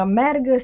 merg